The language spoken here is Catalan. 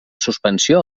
suspensió